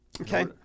Okay